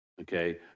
Okay